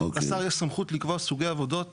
לשר יש סמכות לקבוע סוגי עבודות